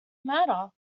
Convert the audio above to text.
murder